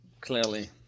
clearly